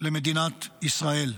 למדינת ישראל.